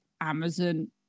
amazon